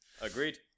Agreed